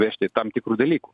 vežti tam tikrų dalykų